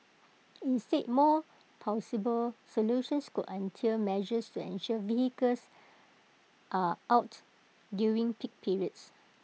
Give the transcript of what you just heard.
instead more plausible solutions could entail measures to ensure vehicles are out during peak periods